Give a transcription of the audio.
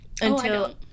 until-